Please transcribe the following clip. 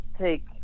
take